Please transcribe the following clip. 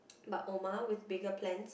but Omar with bigger plans